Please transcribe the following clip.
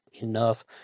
enough